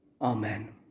Amen